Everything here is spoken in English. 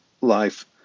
life